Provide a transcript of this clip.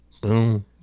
Boom